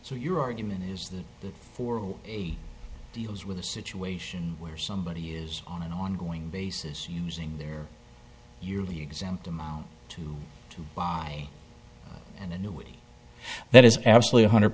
so your argument is that for deals with a situation where somebody is on an ongoing basis using their yearly exam tomorrow to buy an annuity that is absolutely hundred